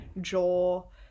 Joel